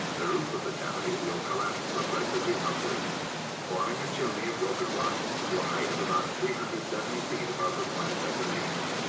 the roof of the cavity will collapse progressively upward forming a chimney of broken rock to a height of about three hundred and seventy feet above the point of detonation.